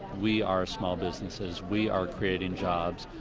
we are small businesses. we are creating jobs.